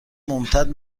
ممتد